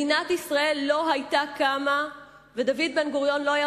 מדינת ישראל לא היתה קמה ודוד בן-גוריון לא היה